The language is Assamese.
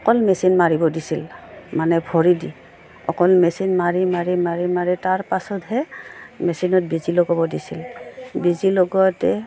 অকল মেচিন মাৰিব দিছিল মানে ভৰি দি অকল মেচিন মাৰি মাৰি মাৰি মাৰি তাৰ পাছতহে মেচিনত বেজী লগাব দিছিল বেজী লগাওতে